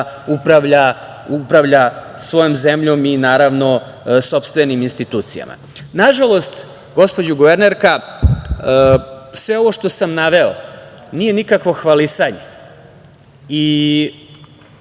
upravlja svojom zemljom i naravno sopstvenim institucijama. Nažalost, gospođo guvernerka, sve ovo što sam naveo nije nikakvo hvalisanje